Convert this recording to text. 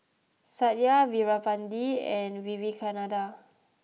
Satya Veerapandiya and Vivekananda